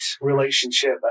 relationship